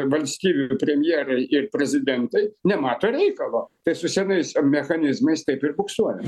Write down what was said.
valstybių premjerai ir prezidentai nemato reikalo tai su senais mechanizmais taip ir buksuojam